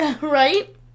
Right